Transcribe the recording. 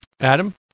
Adam